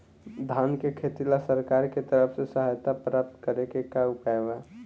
धान के खेती ला सरकार के तरफ से सहायता प्राप्त करें के का उपाय बा?